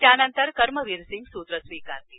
त्यानंतर कर्मवीरसिंग सूत्र स्वीकारतील